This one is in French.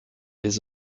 les